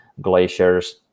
glaciers